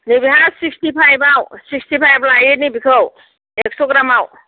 नै बेहा सिक्सतिफाइभाव सिक्सतिफाइभ लायो नै बेखौ एक्स' ग्रामाव